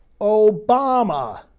Obama